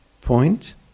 point